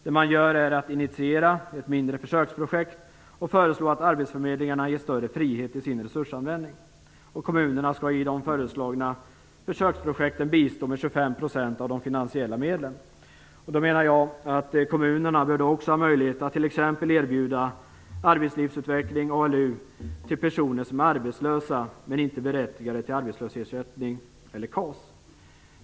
Ett mindre försöksprojekt initieras nu, och regeringen föreslår att arbetsförmedlingarna ges större frihet i sin resursanvändning. Kommunerna skall i de föreslagna försöksprojekten bistå med 25 % av de finansiella medlen. Jag menar att kommunerna då också bör ha möjlighet att t.ex. erbjuda arbetslivsutveckling, ALU, till personer som är arbetslösa men inte berättigade till arbetslöshetsersättning eller KAS.